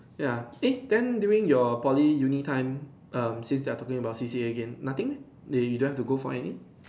ya eh then during your Poly Uni time um since we are talking about C_C_A again nothing they you don't have to go for any